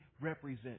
represent